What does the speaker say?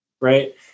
Right